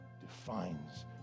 defines